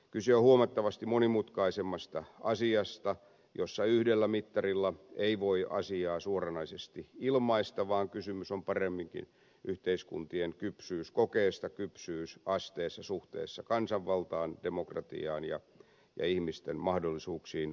kyse on huomattavasti monimutkaisemmasta asiasta jossa yhdellä mittarilla ei voi asiaa suoranaisesti ilmaista vaan kysymys on paremminkin yhteiskuntien kypsyyskokeesta kypsyysasteesta suhteessa kansanvaltaan demokratiaan ja ihmisten mahdollisuuksiin vaikuttaa